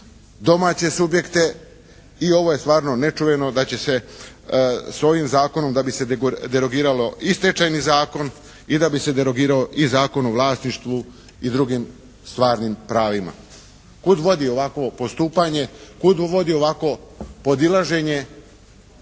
domaće subjekte i ovo je stvarno nečuveno da će se s ovim zakonom da bi se derogiralo i Stečajni zakon i da bi se derogirao i Zakon o vlasništvu i drugim stvarnim pravima. Kud vodi ovakovo postupanje, kud vodi ovakovo podilaženje,